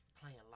playing